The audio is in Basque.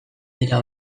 dira